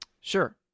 Sure